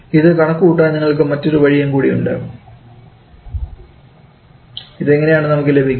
ഇത് കണക്കുകൂട്ടാൻ നിങ്ങൾക്ക് മറ്റൊരു വഴിയും കൂടിയുണ്ട് ഇതെങ്ങനെയാണ് നമുക്ക് ലഭിക്കുക